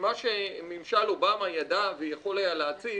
ממה שממשל אובמה ידע ויכול היה להציב